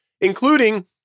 including